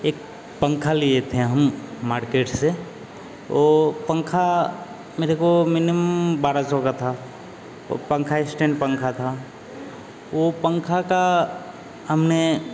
एक पंखा लिए थे हम मार्केट से वो पंखा मेरे को मिनिम बारह सौ का था वो पंखा स्टैंड पंखा था वो पंखा का हमने